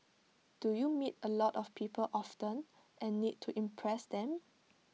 do you meet A lot of people often and need to impress them